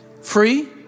free